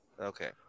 Okay